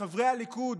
מחברי הליכוד